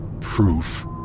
Proof